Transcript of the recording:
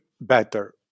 better